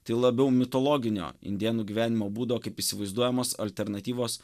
tai labiau mitologinio indėnų gyvenimo būdo kaip įsivaizduojamos alternatyvos